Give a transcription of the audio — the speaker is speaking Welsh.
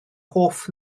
hoff